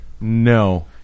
No